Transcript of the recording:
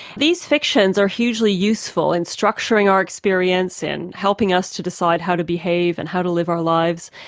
these fictions are hugely useful in structuring our experience and helping us to decide how to behave and how to live our lives.